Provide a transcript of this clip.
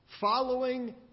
following